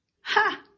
Ha